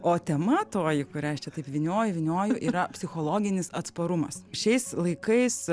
o tema toji kurią aš čia taip vynioju vynioju yra psichologinis atsparumas šiais laikais